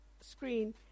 screen